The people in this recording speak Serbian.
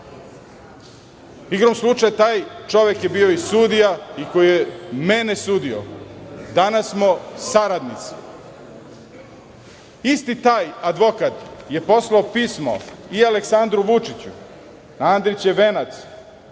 Igrom slučaja taj čovek je bio i sudija i koji je mene sudio, a danas smo saradnici. Isti taj advokat je poslao pismo i Aleksandru Vučiću na Andrićev venac,